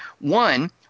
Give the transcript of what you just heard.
One